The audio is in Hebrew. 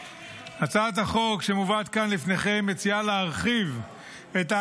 הצעת חוק החיילים המשוחררים (החזרה לעבודה) (תיקון,